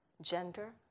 gender